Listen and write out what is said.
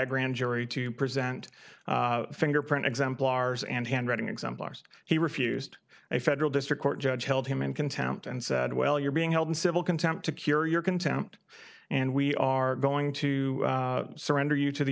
grand jury to present fingerprint exemplars and handwriting exemplars he refused a federal district court judge held him in contempt and said well you're being held in civil contempt to cure your contempt and we are going to surrender you to the